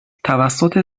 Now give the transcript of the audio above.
توسط